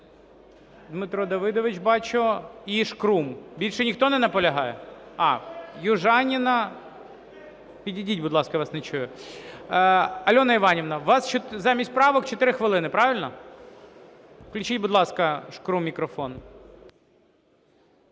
Дмитро Давидович, бачу, і Шкрум. Більше ніхто не наполягає? Южаніна. (Шум у залі) Підійдіть, будь ласка, я вас не чую. Альоно Іванівно, у вас замість правок 4 хвилини, правильно? Включіть, будь ласка, Шкрум мікрофон.